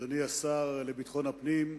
אדוני השר לביטחון הפנים,